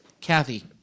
Kathy